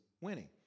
winning